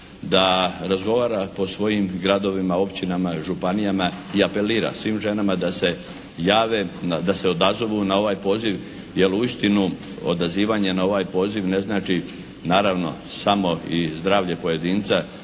da razgovara po svojim gradovima, općinama, županijama i apelira svim ženama da se jave, da se odazovu na ovaj poziv jer uistinu odazivanje na ovaj poziv ne znači naravno samo i zdravlje pojedinca